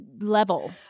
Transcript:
level